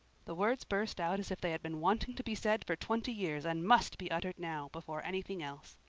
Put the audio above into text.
the words burst out as if they had been wanting to be said for twenty years and must be uttered now, before anything else.